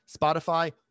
Spotify